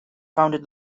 founded